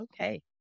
Okay